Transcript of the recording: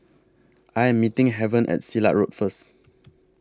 I Am meeting Heaven At Silat Road First